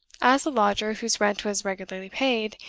as a lodger whose rent was regularly paid,